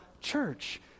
church